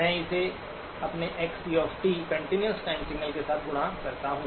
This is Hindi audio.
मैं इसे अपने xc कंटीन्यूअस टाइम सिग्नल के साथ गुणा करता हूं